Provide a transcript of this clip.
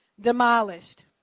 demolished